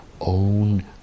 own